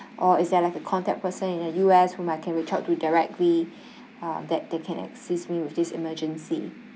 or is there like a contact person in the U_S whom I can reach out to directly uh that they can assist me with this emergency